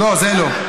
לא, זה לא.